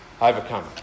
overcome